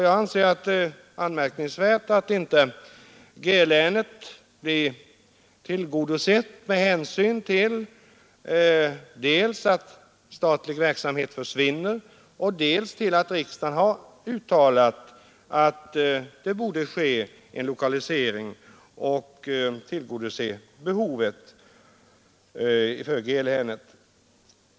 Jag anser det anmärkningsvärt att inte G-länet blir tillgodosett, med hänsyn till dels att statlig verksamhet försvinner, dels att riksdagen har uttalat att det borde ske en lokalisering och ett tillgodoseende av behovet för G-länet.